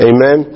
Amen